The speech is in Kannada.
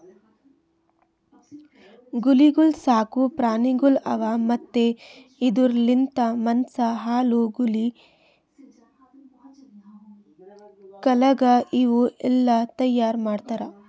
ಗೂಳಿಗೊಳ್ ಸಾಕು ಪ್ರಾಣಿಗೊಳ್ ಅವಾ ಮತ್ತ್ ಇದುರ್ ಲಿಂತ್ ಮಾಂಸ, ಹಾಲು, ಗೂಳಿ ಕಾಳಗ ಇವು ಎಲ್ಲಾ ತೈಯಾರ್ ಮಾಡ್ತಾರ್